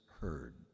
heard